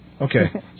Okay